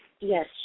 Yes